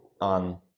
on